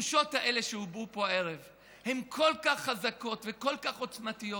התחושות האלה שהובעו פה הערב הן כל כך חזקות וכל כך עוצמתיות,